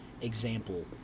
example